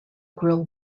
grille